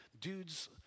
dudes